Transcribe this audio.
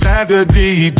Saturday